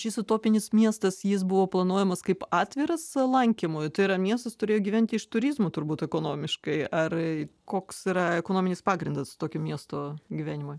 šis utopinis miestas jis buvo planuojamas kaip atviras lankymui tai yra miestas turėjo gyventi iš turizmo turbūt ekonomiškai ar koks yra ekonominis pagrindas tokio miesto gyvenimo